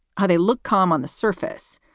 how they look calm on the surface,